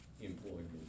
employment